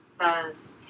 says